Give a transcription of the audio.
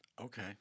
Okay